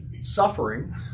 suffering